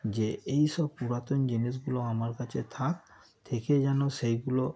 যে এই সব পুরাতন জিনিসগুলো আমার কাছে থাক থেকে যেন সেগুলো